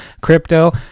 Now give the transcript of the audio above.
Crypto